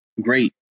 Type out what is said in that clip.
great